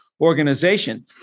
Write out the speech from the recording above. organization